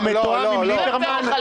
זה מתואם עם ליברמן?